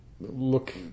look